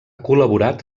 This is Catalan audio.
col·laborat